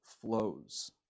flows